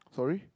sorry